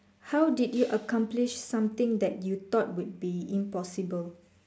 how did you accomplish something that you thought would be impossible